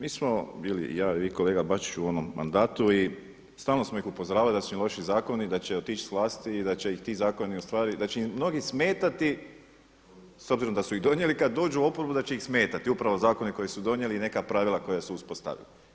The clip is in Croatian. Mi smo bili, ja i kolega Bačić u onom mandatu i stalno smo ih upozoravali da su im loši zakoni i da će otići s vlasti i da će ih ti zakoni ustavi, da će im mnogi smetati s obzirom da su ih donijeli, kada dođu u oporbu da će ih smetati, upravo zakoni koje su donijeli i neka pravila koja su uspostavili.